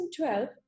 2012